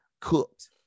cooked